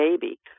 baby